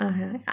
(uh huh)